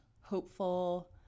hopeful